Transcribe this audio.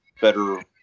better